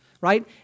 right